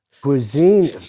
cuisine